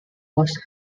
was